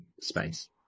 space